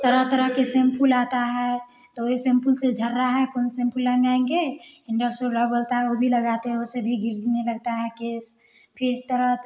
तरह तरह के सेम्फुल आता है वो ही सेम्फुल से झड़ रहा है कौन लगाएँगे बोलता है वो भी लगाते है उससे भी गिरने लगता है केश फिर तरह